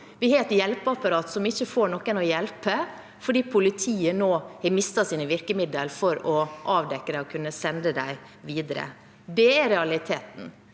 Vi har et hjelpeapparat som ikke får noen å hjelpe, fordi politiet har mistet sine virkemidler for å kunne avdekke dette og sende dem videre. Det er realiteten.